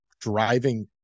driving